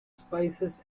spices